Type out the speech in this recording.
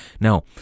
Now